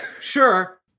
Sure